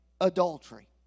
adultery